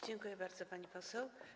Dziękuję bardzo, pani poseł.